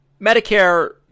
Medicare